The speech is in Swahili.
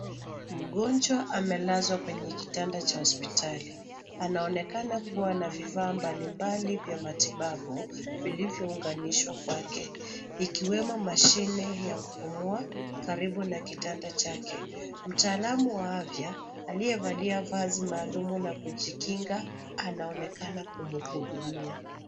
Mgonjwa amelazwa kwenye kitanda cha hospitali .Anaonekana kuwa na viaa mbalimbali vya matibabu vilivyounganishwa kwake, ikiwemo mashine kupumua karibu na kitanda chake. Mtaalam wa afya aliyevalia vazi maalum ya kujikinga anaonekana kumhudumia.